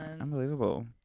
Unbelievable